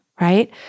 right